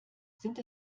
sind